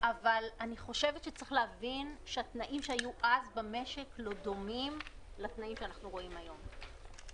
צריך להבין שהתנאים שהיו אז במשק לא דומים לתנאים שאנחנו רואים היום.